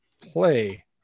play